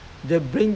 China the